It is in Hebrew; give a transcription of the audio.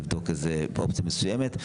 לבדוק אופציה מסוימת,